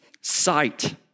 sight